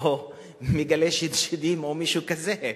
או מגרשת שדים או מישהו כזה,